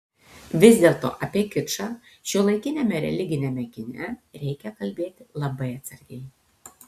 vis dėlto apie kičą šiuolaikiniame religiniame kine reikia kalbėti labai atsargiai